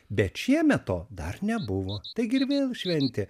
bet šiemet to dar nebuvo taigi ir vėl šventė